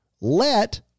let